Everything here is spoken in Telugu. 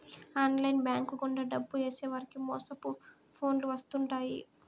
ఆన్లైన్ బ్యాంక్ గుండా డబ్బు ఏసేవారికి మోసపు ఫోన్లు వత్తుంటాయి